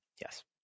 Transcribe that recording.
yes